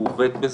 הוא עובד בזה,